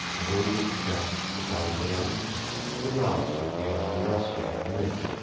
and all would change to dull reality the grass would be only rustling in the wind,